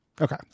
okay